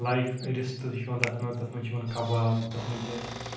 like رِستہٕ تِہ چھ یِوان تَتھ منٛز تَتھ منٛز چھ یِوان کَباب تَتھ منٛز چِھ اَسہ